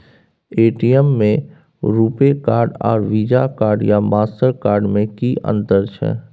ATM में RuPay card आर Visa card या मास्टर कार्ड में कि अतंर छै?